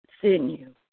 sinew